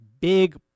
big